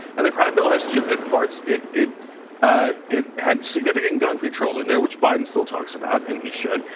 and the crime bill has two good parts. it it ah had significant gun control in there, which biden still talks about, and he should,